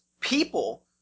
people